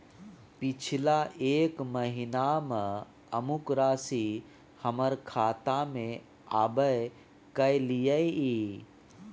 पिछला एक महीना म अमुक राशि हमर खाता में आबय कैलियै इ?